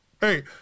Hey